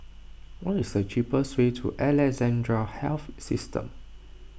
what is the cheapest way to Alexandra Health System